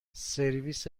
سرویس